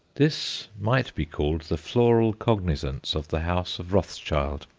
this might be called the floral cognizance of the house of rothschild.